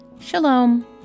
Shalom